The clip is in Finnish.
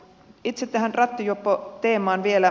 itse tähän rattijuoppoteeman vielä